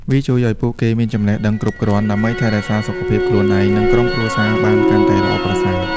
វាជួយឲ្យពួកគេមានចំណេះដឹងគ្រប់គ្រាន់ ដើម្បីថែរក្សាសុខភាពខ្លួនឯង និងក្រុមគ្រួសារបានកាន់តែល្អប្រសើរ។